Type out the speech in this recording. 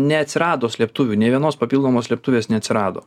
neatsirado slėptuvių nė vienos papildomos slėptuvės neatsirado